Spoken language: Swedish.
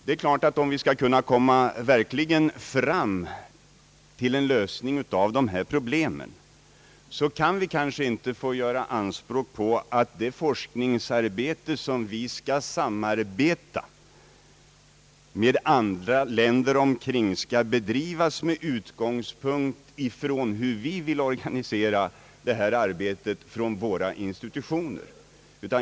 Det är klart att vi, om vi verkligen skall kunna nå fram till en lösning av dessa problem, kanske inte kan få göra anspråk på att det forskningsarbete, beträffande vilket vi skall samarbeta med andra länder, skall bedrivas med utgångspunkt ifrån hur vi vill organisera detta arbete från våra institutioner.